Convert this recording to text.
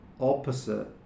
opposite